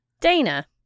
Dana